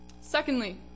Secondly